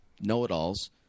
know-it-alls